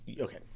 okay